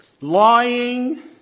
Lying